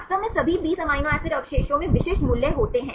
वास्तव में सभी 20 अमीनो एसिड अवशेषों में विशिष्ट मूल्य होते हैं